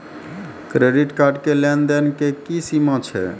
Credit card के लेन देन के की सीमा छै?